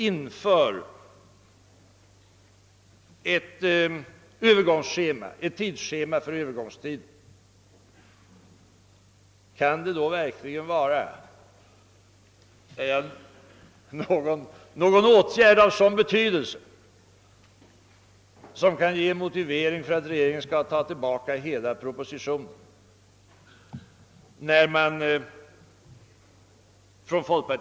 Kan då folkpartiets och centerpartiets förslag om en annan öÖövergångstid verkligen vara en åtgärd som ger motiv för regeringen att ta tillbaka hela propositionen?